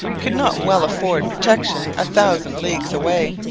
could not well afford protection a thousand leagues away.